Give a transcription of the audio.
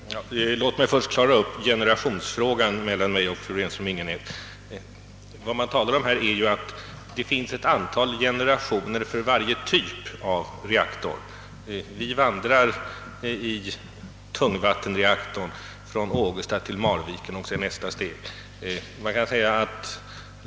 Herr talman! Låt mig få klara upp generationsfrågan mellan mig och fru Renström-Ingenäs. Vad man talar om härvidlag är att det finns ett antal generationer för varje typ av reaktor. Vi vandrar längs tungvattenlinjen från Ågesta till Marviken och tar sedan nästa steg.